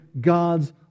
God's